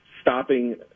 stopping –